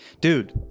Dude